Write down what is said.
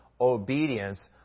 obedience